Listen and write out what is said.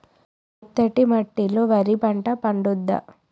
మెత్తటి మట్టిలో వరి పంట పండుద్దా?